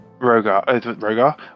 Rogar